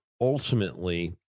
ultimately